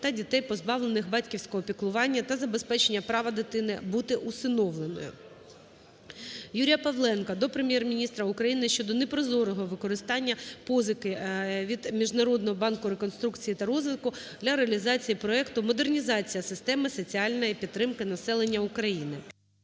та дітей, позбавлених батьківського піклування та забезпечення права дитини бути усиновленою. Юрія Павленка до Прем'єр-міністра України щодо непрозорого використання позики від Міжнародного банку реконструкції та розвитку для реалізації проекту "Модернізація системи соціальної підтримки населення України".